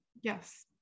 yes